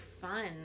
fun